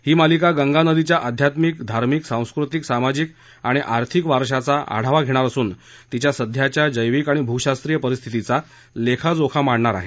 ही मालिका गंगा नदीच्या अध्यात्मिक धार्मिक सांस्कृतिक सामाजिक आणि आर्थिक वारशाचा आढावा घेणार असून तिच्या सध्याच्या जैविक आणि भूशास्त्रीय परिस्थितीचा लेखाजोखा मांडणार आहे